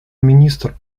министр